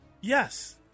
yes